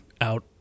out